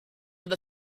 some